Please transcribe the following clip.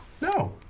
No